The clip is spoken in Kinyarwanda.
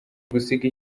gusiga